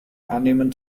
annehmen